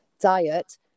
diet